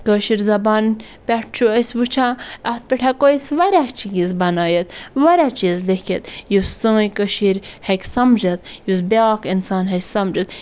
کٲشٕر زَبانہِ پٮ۪ٹھ چھُ أسۍ وٕچھان اَتھ پٮ۪ٹھ ہٮ۪کو أسۍ واریاہ چیٖز بَنٲیِتھ واریاہ چیٖز لیٚکھِتھ یُس سٲنۍ کٔشیٖرۍ ہٮ۪کہِ سَمجِتھ یُس بیٛاکھ اِنسان ہٮ۪کہِ سَمجِتھ